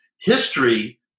history